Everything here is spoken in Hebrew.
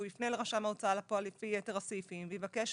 הוא יפנה לרשם ההוצאה לפועל לפי יתר הסעיפים ויבקש